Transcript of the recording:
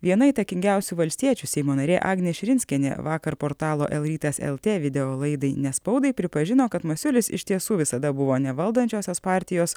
viena įtakingiausių valstiečių seimo narė agnė širinskienė vakar portalo el rytas eltė video laidai ne spaudai pripažino kad masiulis iš tiesų visada buvo ne valdančiosios partijos